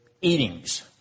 eatings